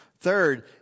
Third